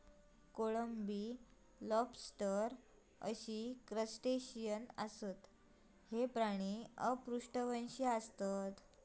कोळंबी, लॉबस्टर अशी क्रस्टेशियन आसत, हे प्राणी अपृष्ठवंशी आसत